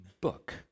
book